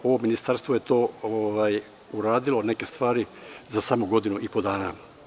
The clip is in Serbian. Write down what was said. Ovo ministarstvo je uradilo neke stvari za samo godinu i po dana.